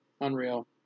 Unreal